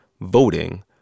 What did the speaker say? voting